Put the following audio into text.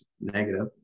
negative